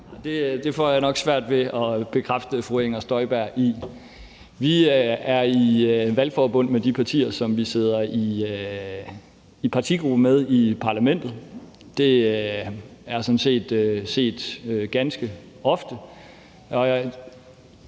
Det får jeg nok svært ved at bekræfte fru Inger Støjberg i. Vi er i valgforbund med de partier, som vi sidder i partigruppe med i parlamentet. Det er sådan set set ganske ofte.